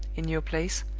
in your place,